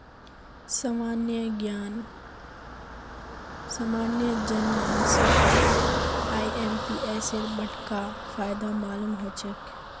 सामान्य जन मानसक आईएमपीएसेर बडका फायदा मालूम ह छेक